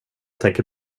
tänker